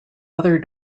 other